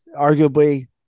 arguably